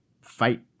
fight